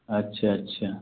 अच्छा अच्छा